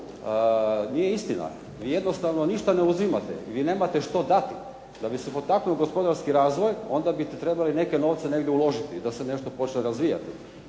Nije istina. Vi jednostavno ništa ne uzimate, jer vi nemate što dati. Da bi se potaknuo gospodarski razvoj onda bi trebali neke novce negdje uložiti, da se nešto počne razvijati.